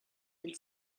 and